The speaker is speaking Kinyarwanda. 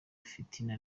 fitina